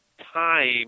time